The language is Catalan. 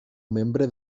membre